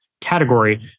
category